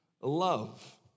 love